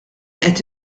qed